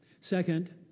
Second